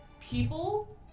People